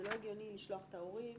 זה לא הגיוני לשלוח את ההורים